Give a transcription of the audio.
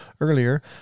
earlier